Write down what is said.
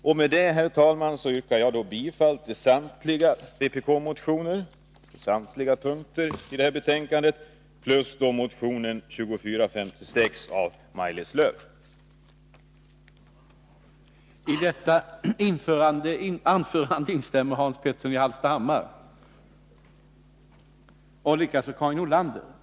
Jag yrkar därför bifall till samtliga vpk-motioner samt till motion 2456 av Maj-Lis Lööw m.fl.